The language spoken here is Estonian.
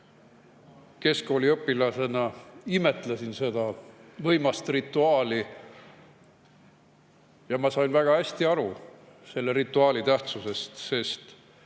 keskkooliõpilasena imetlesin seda võimast rituaali. Ma sain väga hästi aru selle rituaali tähtsusest, sest